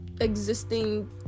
existing